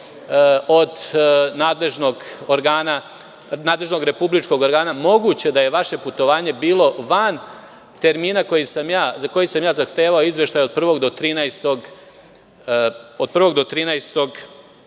sam dobio od nadležnog republičkog organa. Moguće da je vaše putovanje bilo van termina za koji sam ja zahtevao izveštaj od 1. do 13. novembra.U